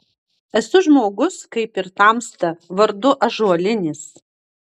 esu žmogus kaip ir tamsta vardu ąžuolinis